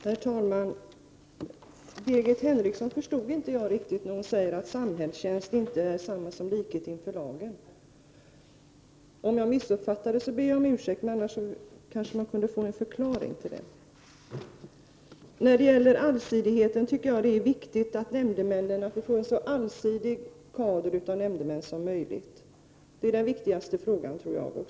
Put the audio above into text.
Herr talman! Jag förstod inte riktigt Birgit Henriksson, när hon sade att samhällstjänst inte är detsamma som likhet inför lagen. Om jag missuppfattade ber jag om ursäkt, men annars kunde jag kanske få en förklaring. När det gäller allsidigheten tycker jag att det är viktigt att vi får en så allsi dig kader av nämndemän som möjligt. Det är den viktigaste frågan, tror jag.